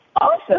Awesome